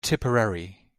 tipperary